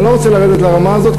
אני לא רוצה לרדת לרמה הזאת,